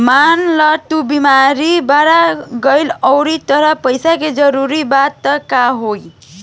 मान ल तू बीमार पड़ गइलू अउरी तहरा पइसा के जरूरत बा त का होइ